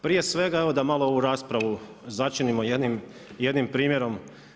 Prije svega evo da malo ovu raspravu začinimo jednim primjerom.